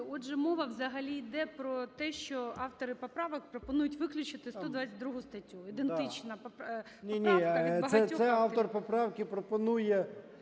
отже мова взагалі іде про те, що автори поправок пропонують виключити 122 статтю. Ідентична поправка від багатьох